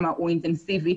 אינטנסיבי,